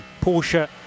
Porsche